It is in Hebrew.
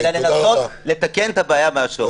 אלא לנסות לתקן את הבעיה מהשורש.